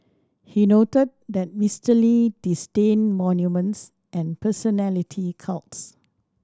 he noted that Mister Lee disdained monuments and personality cults